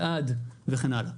אלעד וכן הלאה.